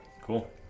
cool